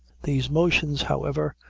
these motions, however,